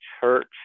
church